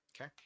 Okay